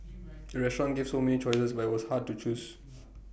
the restaurant gave so many choices that was hard to choose